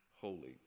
holy